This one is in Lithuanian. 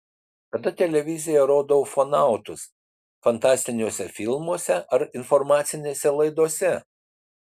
kada televizija rodo ufonautus fantastiniuose filmuose ar informacinėse laidose